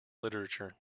literature